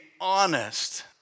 honest